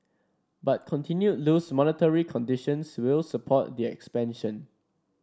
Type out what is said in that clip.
but continued loose monetary conditions will support the expansion